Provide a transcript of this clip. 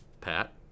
Pat